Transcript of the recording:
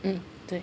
hmm 对